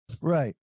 Right